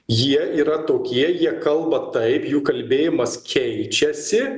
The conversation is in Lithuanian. jie yra tokie jie kalba taip jų kalbėjimas keičiasi